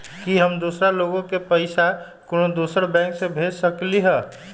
कि हम दोसर लोग के पइसा कोनो दोसर बैंक से भेज सकली ह?